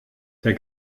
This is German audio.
der